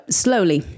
slowly